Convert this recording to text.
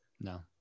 No